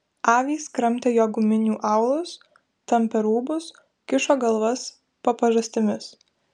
avys kramtė jo guminių aulus tampė rūbus kišo galvas po pažastimis